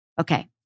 Okay